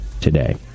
today